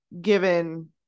given